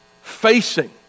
facing